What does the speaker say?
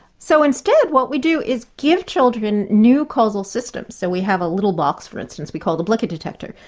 so instead what we do is give children new causal systems. so we have a little box, for instance, we call the blicket detector,